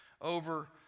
over